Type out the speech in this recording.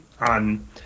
on